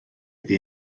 iddi